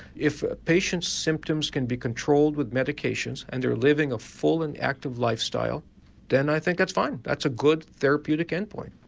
if a patient's symptoms can be controlled with medications and they are living a full and active lifestyle then i think that's fine, that's a good therapeutic end point.